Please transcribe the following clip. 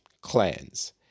clans